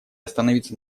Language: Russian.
остановиться